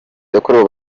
yakorewe